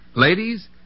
Ladies